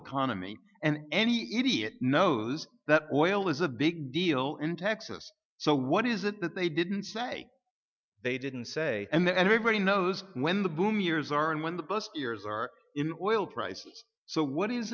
economy and any idiot knows that oil is a big deal in texas so what is it that they didn't say they didn't say and then everybody knows when the boom years are in when the